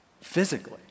physically